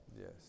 Yes